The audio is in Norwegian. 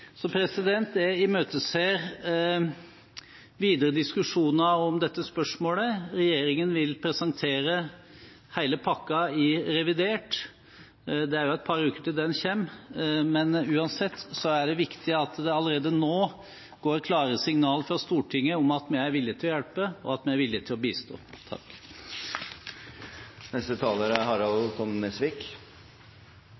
Jeg imøteser videre diskusjoner om dette spørsmålet. Regjeringen vil presentere hele pakken i revidert. Det er et par uker til den kommer, men uansett er det viktig at det allerede nå går klare signal fra Stortinget om at vi er villig til å hjelpe, og at vi er villig til å bistå.